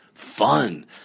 Fun